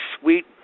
sweet